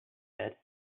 said